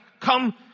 come